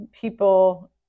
people